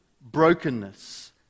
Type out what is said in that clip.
brokenness